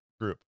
group